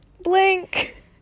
Blink